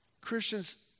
Christians